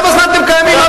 כמה זמן אתם קיימים?